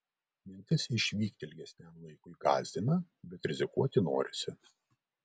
mintis išvykti ilgesniam laikui gąsdina bet rizikuoti norisi